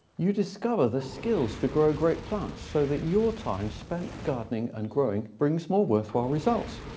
you discover the skills to grow great plants so that your time spent gardening and growing brings more worthwhile results.